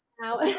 now